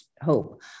hope